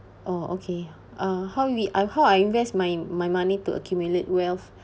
oh okay uh how we uh how I invest my my money to accumulate wealth